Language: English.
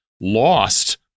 lost